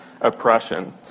oppression